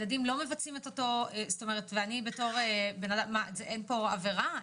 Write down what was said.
אין פה עבירה?